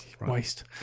waste